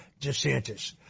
DeSantis